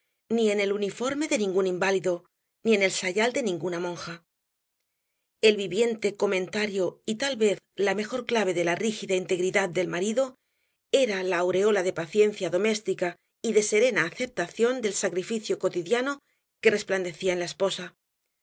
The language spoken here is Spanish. ni en el uniforme de ningún inválido ni en el sayal de ninguna monja el viviente comentario y tal vez la mejor clave de la rígida integridad del marido era la aureola de paciencia doméstica y de serena aceptación del sacrificio cotidiano que resplandecía en la esposa